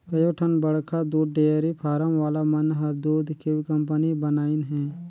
कयोठन बड़खा दूद डेयरी फारम वाला मन हर दूद के कंपनी बनाईंन हें